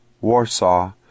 Warsaw